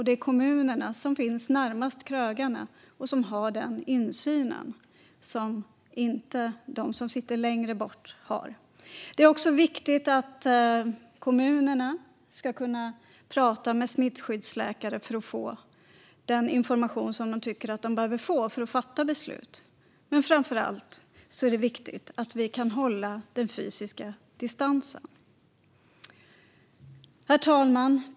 Det är de som finns närmast krögarna och som har den insyn som de som sitter längre bort inte har. Det är också viktigt att kommunerna kan prata med smittskyddsläkare för att få den information som de tycker att de behöver för att fatta beslut. Men framför allt är det viktigt att vi kan hålla den fysiska distansen. Herr talman!